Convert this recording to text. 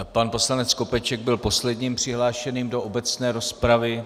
Pan poslanec Skopeček byl posledním přihlášeným do obecné rozpravy.